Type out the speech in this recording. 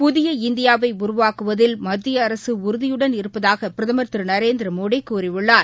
புதிய இந்தியாவைஉருவாக்குவதில் மத்திய அரசுடறுதியுடன் இருப்பதாகபிரதமர் திருநரேந்திரமோடகூறியுள்ளார்